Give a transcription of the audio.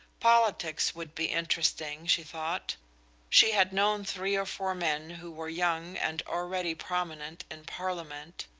politics would be interesting, she thought she had known three or four men who were young and already prominent in parliament,